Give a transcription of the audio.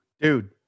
Dude